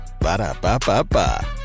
Ba-da-ba-ba-ba